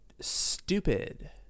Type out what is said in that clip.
stupid